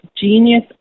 genius